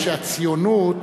שהציונות,